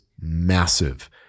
massive